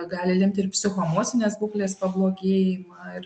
gali lemti ir psichoemocinės būklės pablogėjimą ir